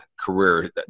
career